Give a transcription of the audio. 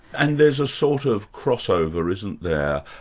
and there's a sort of crossover, isn't there,